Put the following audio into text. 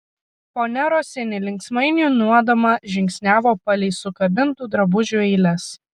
ponia rosini linksmai niūniuodama žingsniavo palei sukabintų drabužių eiles